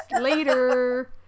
Later